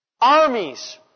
armies